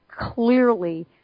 clearly